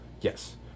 Yes